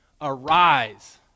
Arise